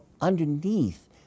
underneath